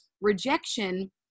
rejection